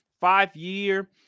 five-year